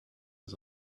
had